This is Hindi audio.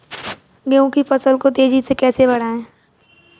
गेहूँ की फसल को तेजी से कैसे बढ़ाऊँ?